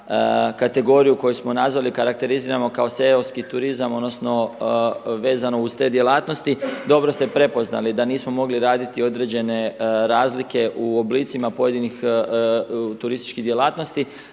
kategoriju koju smo nazvali karakteriziramo kao seoski turizam, odnosno vezano uz te djelatnosti. Dobro ste prepoznali da nismo mogli raditi određene razlike u oblicima pojedinih turističkih djelatnosti.